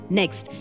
next